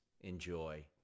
Enjoy